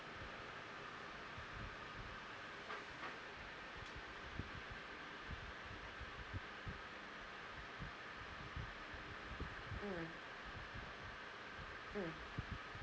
mm mm